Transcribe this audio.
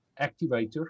activator